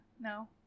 No